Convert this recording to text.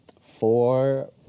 four